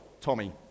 Tommy